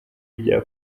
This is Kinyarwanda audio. ibya